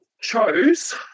chose